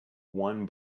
won